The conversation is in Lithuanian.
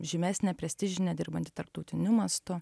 žymesnė prestižinė dirbanti tarptautiniu mastu